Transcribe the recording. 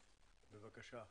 בבקשה.